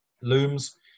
looms